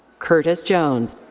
curtis jones.